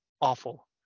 Awful